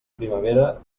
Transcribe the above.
primavera